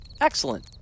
Excellent